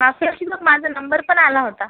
मागच्या वर्षी बघ माझा नंबर पण आला होता